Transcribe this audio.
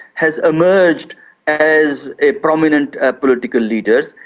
has emerged as a prominent ah political leader.